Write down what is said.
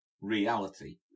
reality